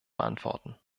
beantworten